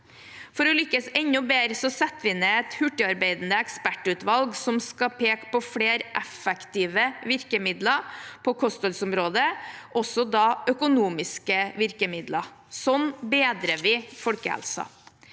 For å lykkes enda bedre setter vi ned et hurtigarbeidende ekspertutvalg som skal peke på flere effektive virkemidler på kostholdsområdet, også økonomiske virkemidler. Sånn bedrer vi folkehelsen.